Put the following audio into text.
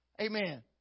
Amen